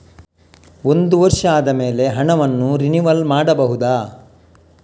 ಒಂದು ವರ್ಷ ಆದಮೇಲೆ ಹಣವನ್ನು ರಿನಿವಲ್ ಮಾಡಬಹುದ?